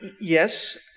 Yes